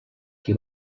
qui